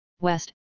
west